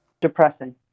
depressing